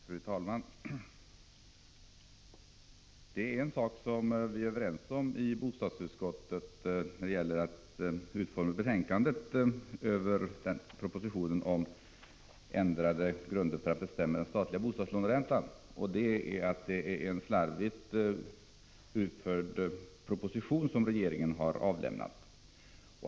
Fru talman! Det är en sak som vi är överens om i bostadsutskottet när det gäller utformningen av betänkandet över propositionen om ändrade grunder för bestämmande av den statliga bostadslåneräntan, nämligen att det är en slarvig proposition som regeringen har avlämnat.